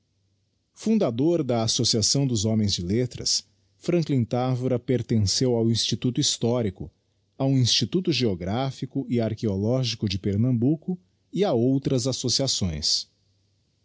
fundador da associação dos homens de letras franklin távora pertenceu ao instituto histórico ao instituto geographico e archeologicode pernambuco e a outras associações